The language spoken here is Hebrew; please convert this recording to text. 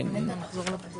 ב.